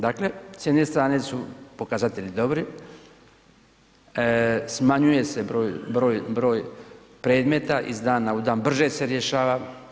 Dakle s jedne strane su pokazatelji dobri, smanjuje se broj predmeta iz dana u dan, brže se rješava.